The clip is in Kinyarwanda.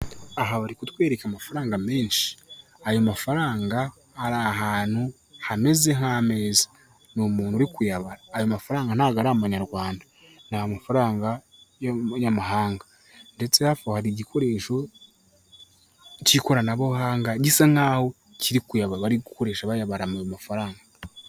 Aha bari kutwereka amafaranga menshi. Ayo mafaranga ari ahantu hameze nk'ameza ni umuntu uri kuyaba, ayo mafaranga ntabwo ari Abanyarwanda ni amafaranga y'Abanyamahanga ndetse hafi hari igikoresho cy'ikoranabuhanga gisa naho kiri kuya bari ari gukoresha bayabara ayo mafaranga.